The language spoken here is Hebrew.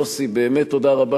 יוסי, באמת תודה רבה.